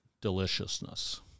deliciousness